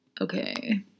okay